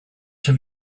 have